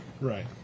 Right